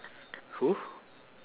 who